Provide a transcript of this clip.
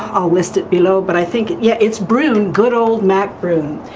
i'll list it below but i think yeah it's brewing good old mac brun.